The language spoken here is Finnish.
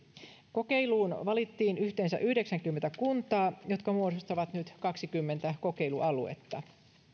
kokeiluun valittiin yhteensä yhdeksänkymmentä kuntaa jotka muodostavat nyt kaksikymmentä kokeilualuetta